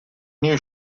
new